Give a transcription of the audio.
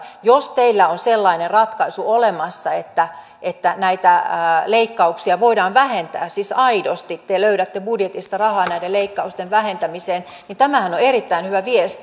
jos teillä on sellainen ratkaisu olemassa että näitä leikkauksia voidaan vähentää siis aidosti te löydätte budjetista rahaa näiden leikkausten vähentämiseen niin tämähän on erittäin hyvä viesti